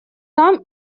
там